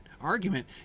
argument